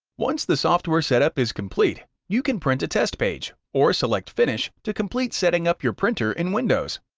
once the software setup is complete, you can print a test page, or select finish to complete setting up your printer in windows.